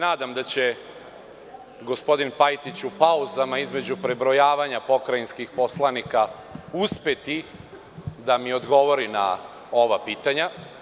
Nadam se da će gospodin Pajtić u pauzama između prebrojavanja pokrajinskih poslanika uspeti da mi odgovori na ova pitanja.